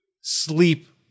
sleep